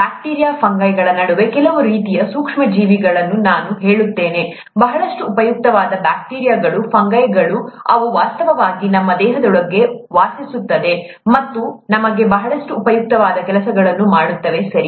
bacteria ಫಂಗೈಗಳ ನಡುವೆ ಕೆಲವು ರೀತಿಯ ಸೂಕ್ಷ್ಮಜೀವಿಗಳನ್ನು ನಾನು ಹೇಳುತ್ತೇನೆ ಬಹಳಷ್ಟು ಉಪಯುಕ್ತವಾದ ಬ್ಯಾಕ್ಟೀರಿಯಾಗಳು ಫಂಗೈಗಳು ಇವೆ ಅವು ವಾಸ್ತವವಾಗಿ ನಮ್ಮ ದೇಹದೊಳಗೆ ವಾಸಿಸುತ್ತವೆ ಮತ್ತು ನಮಗೆ ಬಹಳಷ್ಟು ಉಪಯುಕ್ತವಾದ ಕೆಲಸಗಳನ್ನು ಮಾಡುತ್ತವೆ ಸರಿ